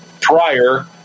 prior